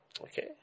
Okay